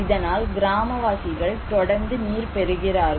இதனால் கிராமவாசிகள் தொடர்ந்து நீர் பெறுகிறார்கள்